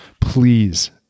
Please